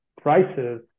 prices